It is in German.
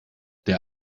der